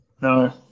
No